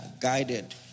guided